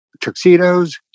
tuxedos